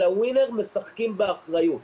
אלא "ווינר משחקים באחריות".